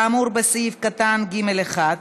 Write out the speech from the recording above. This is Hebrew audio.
כאמור בסעיף קטן (ג)(1),